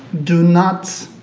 do not